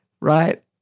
right